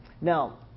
now